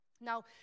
Now